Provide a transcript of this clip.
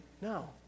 no